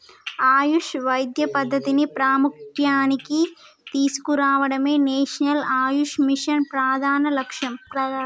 ఆయుష్ వైద్య పద్ధతిని ప్రాముఖ్య్యానికి తీసుకురావడమే నేషనల్ ఆయుష్ మిషన్ ప్రధాన లక్ష్యం